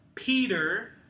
Peter